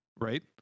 right